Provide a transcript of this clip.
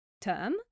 term